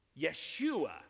Yeshua